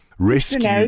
Rescue